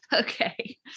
Okay